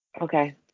Okay